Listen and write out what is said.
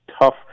tough